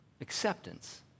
acceptance